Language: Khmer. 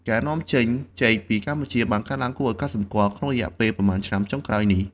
ការនាំចេញចេកពីកម្ពុជាបានកើនឡើងគួរឱ្យកត់សម្គាល់ក្នុងរយៈពេលប៉ុន្មានឆ្នាំចុងក្រោយនេះ។